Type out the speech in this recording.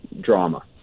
drama